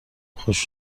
خوش